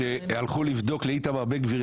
שהלכו לבדוק לאיתמר בן גביר,